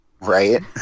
Right